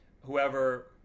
whoever